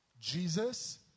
Jesus